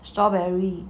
strawberry